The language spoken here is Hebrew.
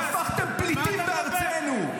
שהפכנו פליטים בארצנו?